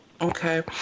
Okay